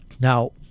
now